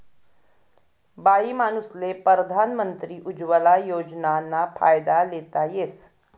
बाईमानूसले परधान मंत्री उज्वला योजनाना फायदा लेता येस